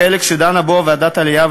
החלק שדנה בו ועדת העלייה,